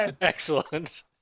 excellent